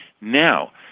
now